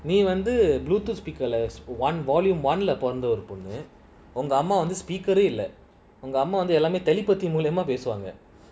நீவந்து:nee vandhu bluetooth speaker பொறந்தஒருபொண்ணுஉங்கஅம்மாவந்து:porantha oru ponnu unga amma vandhu speaker eh இல்லஉங்கஅம்மாவந்து:illa unga amma vandhu telepathy மூலமாபேசுவாங்க:moolama pesuvanga